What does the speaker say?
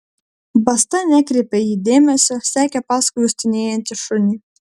basta nekreipė į jį dėmesio sekė paskui uostinėjantį šunį